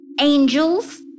Angels